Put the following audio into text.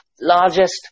largest